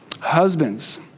Husbands